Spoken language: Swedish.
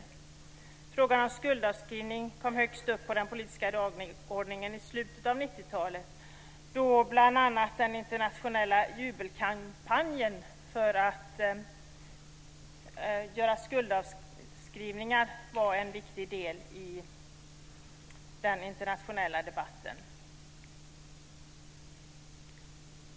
Frågan om skuldavskrivning kom högst upp på den politiska dagordningen i slutet av 90-talet, då bl.a. den internationella jubelkampanjen för att göra skuldavskrivningar var en viktig del i den internationella debatten.